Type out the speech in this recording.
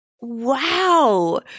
Wow